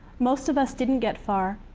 most of us didn't get far.